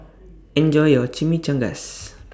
Enjoy your Chimichangas